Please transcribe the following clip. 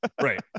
right